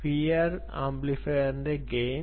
PIR ആംപ്ലിഫയറിന്റെ gain